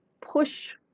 push